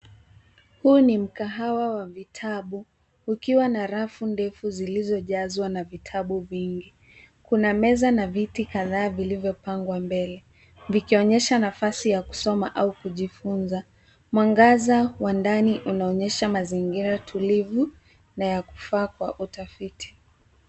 Huu ni mkahawa wa vitabu ukiwa na rafu ndefu zilizojazwa na vitabu vingi. Kuna meza na viti kadhaa vilivyopangwa mbele. Vikionyesha nafasi ya kusoma au kujifunza. Mwangaza wa ndani unaonyesha mazingira tulivu na ya kufaa kwa utafiti.